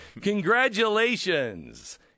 Congratulations